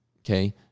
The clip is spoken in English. okay